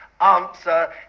answer